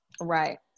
Right